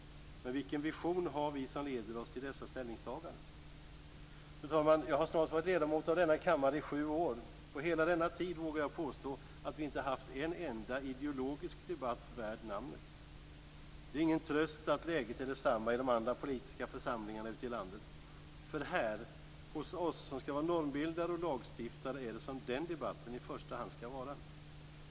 Men vilken vision har vi som leder oss till dessa ställningstaganden? Fru talman! Jag har snart varit ledamot av denna kammare i sju år. Jag vågar påstå att vi på hela denna tid inte har haft en enda ideologisk debatt värd namnet. Det är ingen tröst att läget är detsamma i de andra politiska församlingarna ute i landet. Det är här hos oss, som skall vara normbildare och lagstiftare, som den debatten i första hand skall föras.